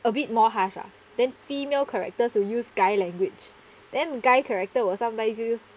a bit more harsh lah then female characters will use guy language then guy character will sometimes use